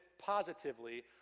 positively